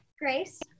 Grace